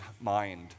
mind